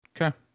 Okay